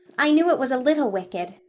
i knew it was a little wicked,